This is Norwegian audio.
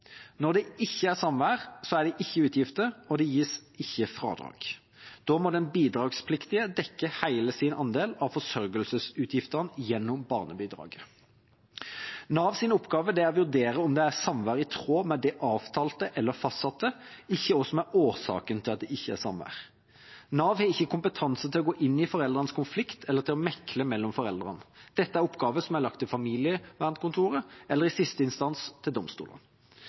Når det ikke er samvær, er det ikke utgifter, og det gis ikke fradrag. Da må den bidragspliktige dekke hele sin andel av forsørgelsesutgiftene gjennom barnebidraget. Navs oppgave er å vurdere om det er samvær i tråd med det avtalte eller fastsatte, ikke hva som er årsaken til at det ikke er samvær. Nav har ikke kompetanse til å gå inn i foreldrenes konflikt eller til å mekle mellom foreldrene. Dette er oppgaver som er lagt til familievernkontoret eller i siste instans til domstolene.